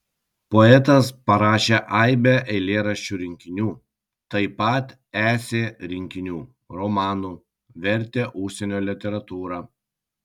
poetas parašė aibę eilėraščių rinkinių taip pat esė rinkinių romanų vertė užsienio literatūrą